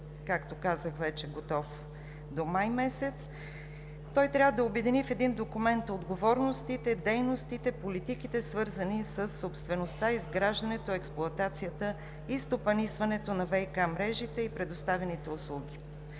трябва да бъде готов до месец май. Той трябва да обедини в един документ отговорностите, дейностите, политиките, свързани със собствеността, изграждането, експлоатацията и стопанисването на ВиК мрежите и предоставяните услуги.